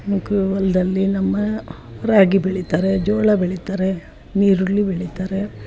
ಮಕ್ಕಳು ಹೊಲ್ದಲ್ಲಿ ನಮ್ಮ ರಾಗಿ ಬೆಳೀತಾರೆ ಜೋಳ ಬೆಳೀತಾರೆ ನೀರುಳ್ಳಿ ಬೆಳೀತಾರೆ